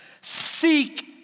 Seek